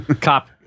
cop